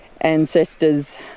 ancestors